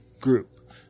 group